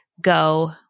go